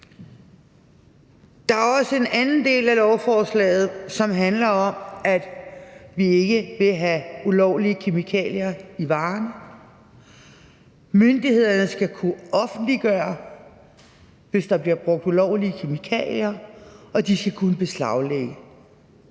hjemmeside. Den anden del af lovforslaget handler om, at vi ikke vil have ulovlige kemikalier i varerne. Myndighederne skal kunne offentliggøre, hvis der bliver brugt ulovlige kemikalier, og de skal kunne beslaglægge